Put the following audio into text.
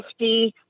50